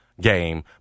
game